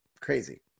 Crazy